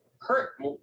hurt